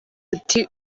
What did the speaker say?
ati